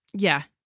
yeah,